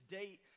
date